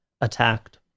attacked